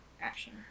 Action